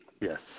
Yes